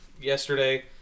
yesterday